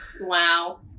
wow